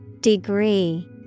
Degree